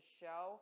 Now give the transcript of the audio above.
show